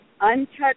untouched